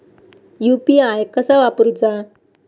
UPI कसा वापरूचा?